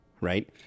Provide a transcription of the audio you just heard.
right